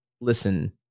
listen